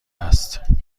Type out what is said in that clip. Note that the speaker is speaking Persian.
است